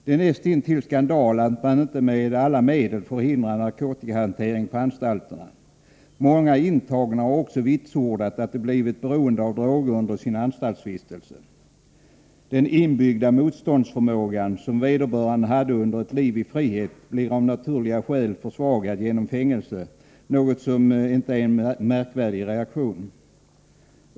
Det är näst intill skandal att man inte med alla medel förhindrar narkotikahanteringen på anstalter. Många intagna har också vitsordat att de har blivit beroende av droger under sin anstaltsvistelse. Den inbyggda motståndskraften, som vederbörande hade under ett liv i frihet, blir av naturliga skäl försvagad genom vistelsen i fängelse — vilket inte är en märkvärdig reaktion.